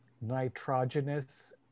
nitrogenous